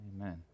amen